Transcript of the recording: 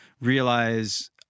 realize